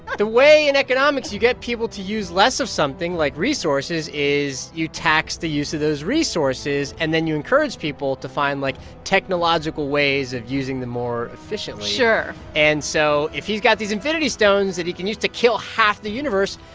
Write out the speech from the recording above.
the way in economics you get people to use less of something like resources is you tax the use of those resources. and then you encourage people to find, like, technological ways of using them more efficiently sure and so if he's got these infinity stones that he can use to kill half the universe,